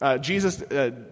Jesus